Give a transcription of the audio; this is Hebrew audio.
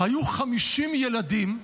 היו 50 ילדים,